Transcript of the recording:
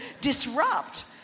disrupt